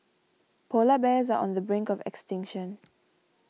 Polar Bears are on the brink of extinction